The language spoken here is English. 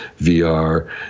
VR